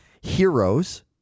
Heroes